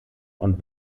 und